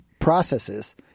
processes